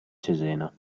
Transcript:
cesena